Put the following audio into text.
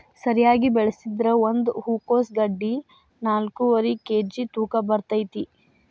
ಸರಿಯಾಗಿ ಬೆಳಸಿದ್ರ ಒಂದ ಹೂಕೋಸ್ ಗಡ್ಡಿ ನಾಕ್ನಾಕ್ಕುವರಿ ಕೇಜಿ ತೂಕ ಬರ್ತೈತಿ